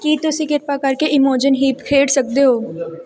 ਕੀ ਤੁਸੀਂ ਕਿਰਪਾ ਕਰਕੇ ਇਮੋਜਨ ਹੀਪ ਖੇਡ ਸਕਦੇ ਹੋ